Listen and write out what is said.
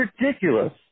ridiculous